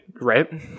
Right